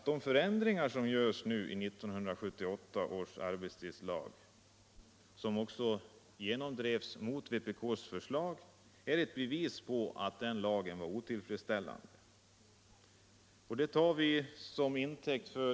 De förändringar som nu görs i 1970 års arbetstidslag — vilken genomdrevs under motstånd från vårt parti — anser vi vara bevis på att lagen var otillfredsställande.